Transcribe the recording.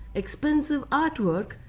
expensive artwork,